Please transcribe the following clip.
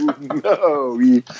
No